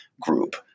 group